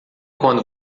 quando